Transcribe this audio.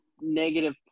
negative